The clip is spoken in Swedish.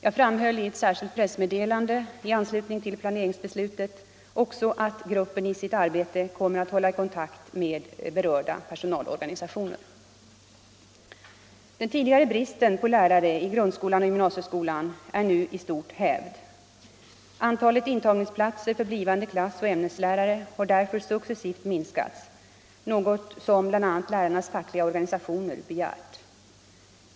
Jag framhöll i ett särskilt pressmeddelande i anslutning till planeringsbeslutet 59 också att gruppen i sitt arbete kommer att hålla kontakt med berörda personalorganisationer. Den tidigare bristen på lärare i grundskolan och gymnasieskolan är nu i stort hävd. Antalet intagningsplatser för blivande klassoch ämneslärare har därför successivt minskats — något som bl.a. lärarnas fackliga organisationer begärt.